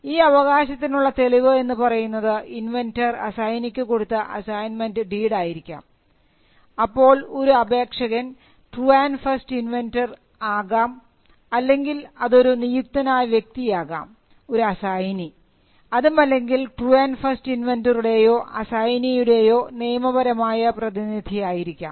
ഈ അവകാശത്തിനുള്ള തെളിവ് എന്ന് പറയുന്നത് ഇൻവെൻന്റർ അസൈനിക്ക് കൊടുത്ത അസൈൻമെൻറ് ഡീഡായിരിക്കാം അപ്പോൾ ഒരു അപേക്ഷകൻ true and and first inventor ആകാം അല്ലെങ്കിൽ അതൊരു നിയുക്തനായ വ്യക്തിയാകാം ഒരു അസൈനീ അതുമല്ലെങ്കിൽ ട്രൂ ആൻഡ് ആൻഡ് ഫസ്റ്റ് ഇൻവെൻന്ററുടേയോ അസൈനീയുടേയോ നിയമപരമായ പ്രതിനിധി ആയിരിക്കാം